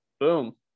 Boom